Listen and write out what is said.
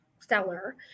seller